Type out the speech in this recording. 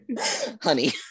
Honey